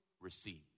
receive